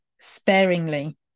sparingly